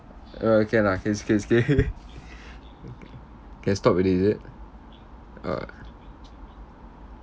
oh okay lah can skip skip can stop already is it orh